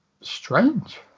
strange